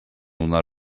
una